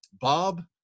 Bob